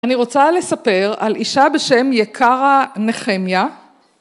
אני רוצה לספר על אישה בשם יקרה נחמיה.